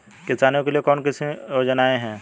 किसानों के लिए कौन कौन सी योजनाएं हैं?